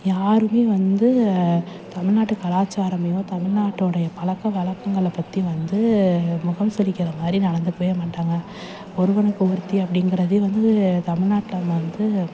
யாருமே வந்து தமிழ்நாட்டு கலாச்சாரமேயோ தமிழ்நாட்டோடைய பழக்க வழக்கங்கள பற்றி வந்து முகம் சுழிக்கிற மாதிரி நடத்துக்கவே மாட்டாங்க ஒருவனுக்கு ஒருத்தி அப்படிங்கறது வந்து தமிழ்நாட்ல வந்து